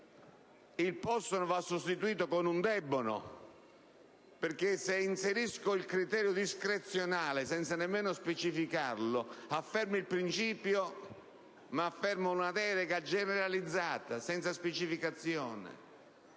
il «possono» sia sostituito con un «debbono», e ciò perché, se inserisco il criterio discrezionale, senza nemmeno specificarlo, affermo il principio, ma soprattutto affermo una delega generalizzata, senza alcuna specificazione.